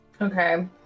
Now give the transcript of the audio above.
Okay